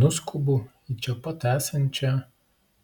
nuskubu į čia pat esančią